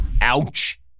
Ouch